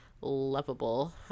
lovable